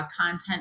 content